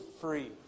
free